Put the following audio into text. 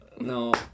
No